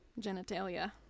genitalia